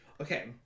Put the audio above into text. Okay